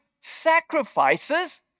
sacrifices